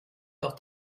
doch